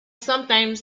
sometimes